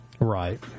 Right